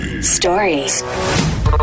stories